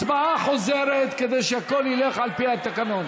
הצבעה חוזרת, כדי שהכול ילך על פי התקנון.